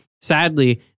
sadly